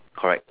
correct